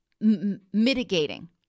mitigating